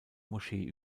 moschee